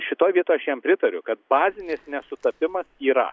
šitoj vietoj aš jam pritariu kad bazinis nesutapimas yra